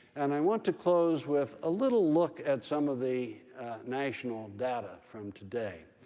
and i want to close with a little look at some of the national data from today.